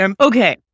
Okay